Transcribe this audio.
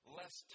less